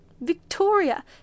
victoria